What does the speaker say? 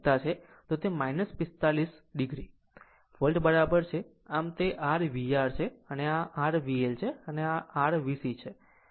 તો તે છે 45 o વોલ્ટ બરાબર છે આમ આ છે તે r VR છે આ r VL છે અને આ r VC છે